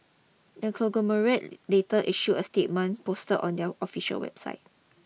the conglomerate later issue a statement post on their official website